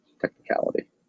technicality